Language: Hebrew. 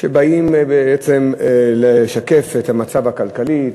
שבאים לשקף את המצב הכלכלי,